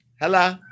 Hello